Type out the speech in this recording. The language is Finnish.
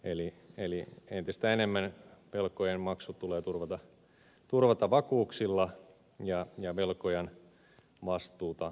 eli entistä enemmän velkojen maksu tulee turvata vakuuksilla ja velkojan vastuuta korottamalla